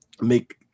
make